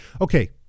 Okay